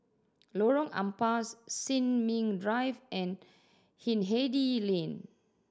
Lorong Ampas Sin Ming Drive and Hindhede Lane